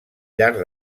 llarg